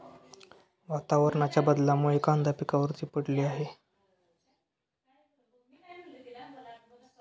वातावरणाच्या बदलामुळे कांदा पिकावर ती पडली आहे